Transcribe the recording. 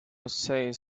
says